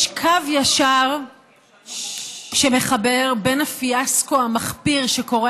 יש קו ישר שמחבר בין הפיאסקו המחפיר שקורה